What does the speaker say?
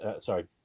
Sorry